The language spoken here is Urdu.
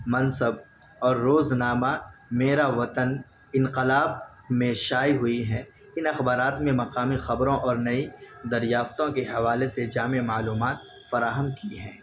منصب اور روزنامہ میرا وطن انقلاب میں شائع ہوئی ہیں ان اخبارات میں مقامی خبروں اور نئی دریافتوں کے حوالے سے جامع معلومات فراہم کی ہیں